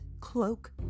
cloak